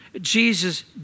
Jesus